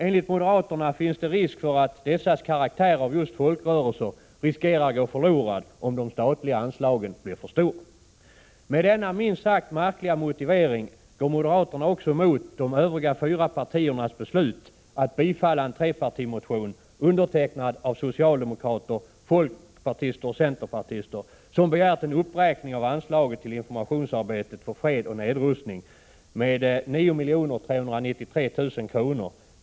Enligt moderaterna finns det risk för att dessas karaktär av just folkrörelser går förlorad om de statliga anslagen blir för stora. Med denna minst sagt märkliga motivering går moderaterna emot också de fyra övriga partiernas beslut att tillstyrka en trepartimotion — undertecknad av socialdemokrater, folkpartister och centerpartister — där man begärt en uppräkning av anslaget till informationsarbetet för fred och nedrustning med 9 393 000 kr.